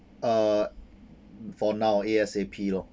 uh for now A_S_A_P lor